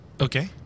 Okay